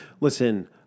Listen